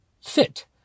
fit